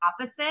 opposite